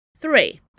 Three